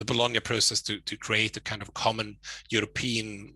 The Bologna process to create a kind of common European.